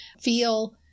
feel